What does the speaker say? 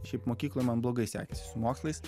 šiaip mokykloj man blogai sekėsi su mokslais